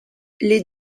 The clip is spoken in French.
les